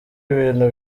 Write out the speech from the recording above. ibintu